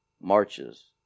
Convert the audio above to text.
marches